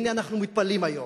הנה אנחנו מתפלאים היום.